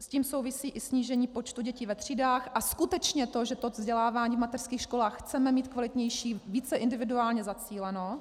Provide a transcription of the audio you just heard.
S tím souvisí i snížení počtu dětí ve třídách a skutečně to, že to vzdělávání v mateřských školách chceme mít více kvalitnější, více individuálně zacílené.